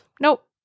Nope